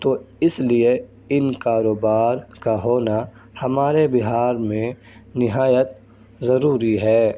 تو اس لیے ان کاروبار کا ہونا ہمارے بہار میں نہایت ضروری ہے